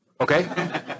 okay